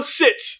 sit